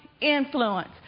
influence